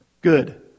good